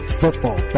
football